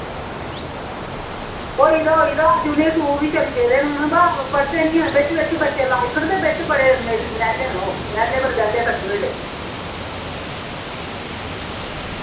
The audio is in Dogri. होई दा होई दा यूनिट टू बी चली पेदे न हून अवा पढ़दे नी हैन बिच्च बिच्च बच्चे लाइक न ते बिच्च बड़े न नैह्ले न ओह् नैह्ले पर दैह्ले कट्ठे होए दे